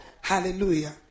hallelujah